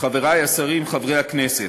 חברי השרים, חברי הכנסת,